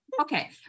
Okay